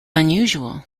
unusual